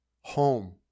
home